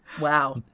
Wow